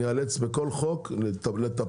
אני איאלץ בכל חוק לטפל.